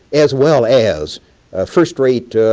as well as first rate